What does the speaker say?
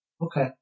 Okay